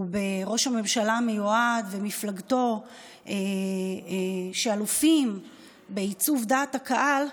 וראש הממשלה המיועד ומפלגתו אלופים בעיצוב דעת הקהל,